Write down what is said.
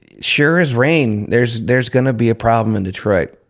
sure as rain, there's there's gonna be a problem in detroit.